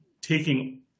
taking